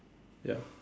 ya